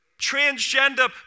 transgender